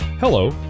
Hello